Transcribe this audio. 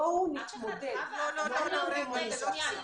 בואו נתמודד, לא נעשה דמוניזציה.